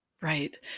Right